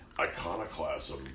Iconoclasm